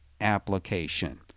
application